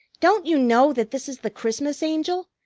don't you know that this is the christmas angel,